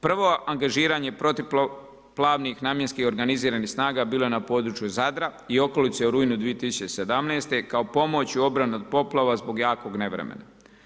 Prvo angažiranje protuplavnih namjenskih organiziranih snaga bilo je na području Zadra i okolice u rujnu 2017. kao pomoć u obrani od poplava zbog jakog nevremena.